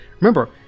Remember